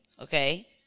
Okay